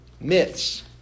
Myths